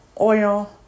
oil